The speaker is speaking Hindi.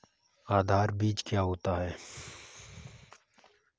आधार बीज क्या होता है?